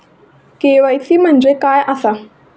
KYC म्हणजे काय आसा?